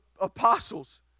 apostles